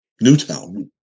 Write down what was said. Newtown